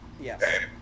Yes